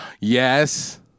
Yes